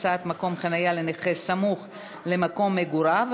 הקצאת מקום חניה לנכה סמוך למקום מגוריו),